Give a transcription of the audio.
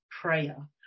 prayer